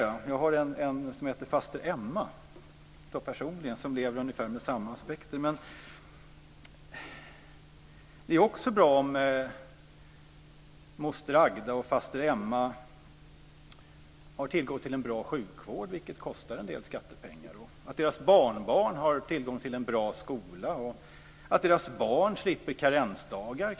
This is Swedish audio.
Jag har personligen en faster Emma som lever med ungefär samma aspekter. Det är bra om moster Agda och faster Emma har tillgång till en bra sjukvård, vilket kostar en del skattepengar, att deras barnbarn har tillgång till en bra skola och att deras barn kanske slipper karensdagar.